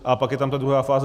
A pak je ta tam druhá fáze.